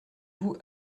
vous